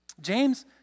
James